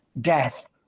death